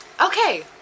Okay